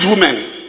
women